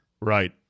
Right